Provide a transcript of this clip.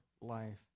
life